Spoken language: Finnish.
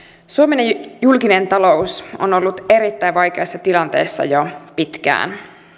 suomen julkinen talous on ollut erittäin vaikeassa tilanteessa jo pitkään